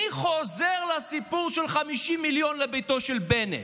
מי חוזר לסיפור של 50 מיליון לביתו של בנט,